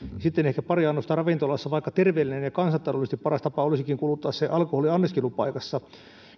sitten ehkä pari annosta ravintolassa vaikka terveellinen ja kansantaloudellisesti paras tapa olisikin kuluttaa se alkoholi anniskelupaikassa